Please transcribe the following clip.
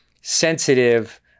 sensitive